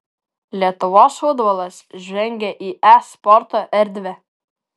lietuvos futbolas žengia į e sporto erdvę